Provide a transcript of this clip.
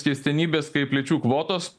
keistenybės kaip lyčių kvotos